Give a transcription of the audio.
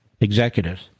executives